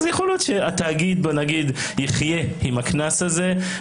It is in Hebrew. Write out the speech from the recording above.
אז יכול להיות שהתאגיד יחיה עם הקנס הזה.